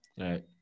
right